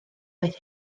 oedd